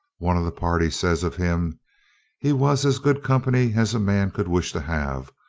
one of the party says of him he was as good company as a man could wish to have,